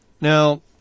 Now